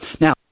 Now